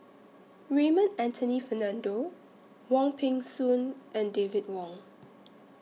Raymond Anthony Fernando Wong Peng Soon and David Wong